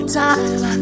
time